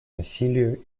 насилию